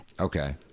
Okay